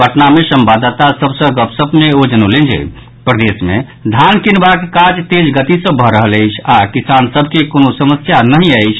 पटना मे संवाददाता सभ सँ गपशप मे ओ जनौलनि जे प्रदेश मे धान कीनबाक काज तेज गति सँ भऽ रहल अछि आओर किसान सभ के कोनो समस्या नहि भऽ रहल अछि